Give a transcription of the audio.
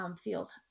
feels